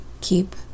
keep